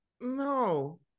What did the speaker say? No